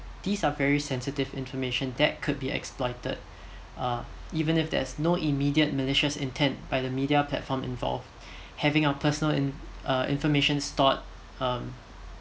these are very sensitive information that could be exploited uh even if there's no immediate malicious intent by the media platform involved having our personal in~ uh information stored um